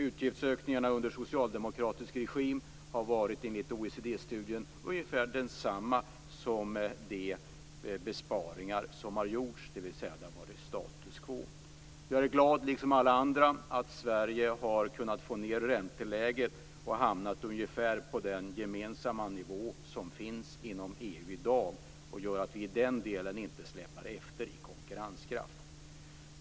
Utgiftsökningarna under socialdemokratisk regim har enligt OECD-studien varit ungefär desamma som de besparingar som har gjorts, dvs. det har varit status quo. Jag - liksom alla andra - är glad över att Sverige har kunnat få ned ränteläget och hamnat på den gemensamma nivå som finns inom EU i dag. I den delen släpar vi inte efter i konkurrenskraft.